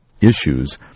issues